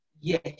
Yes